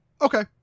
Okay